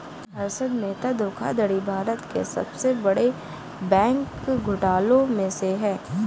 हर्षद मेहता धोखाधड़ी भारत के सबसे बड़े बैंक घोटालों में से है